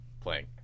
playing